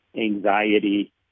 anxiety